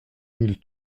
mille